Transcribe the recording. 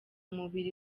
mubiri